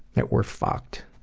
that we are fucked,